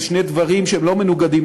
אלה שני דברים שאינם מנוגדים,